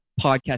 podcast